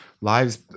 Lives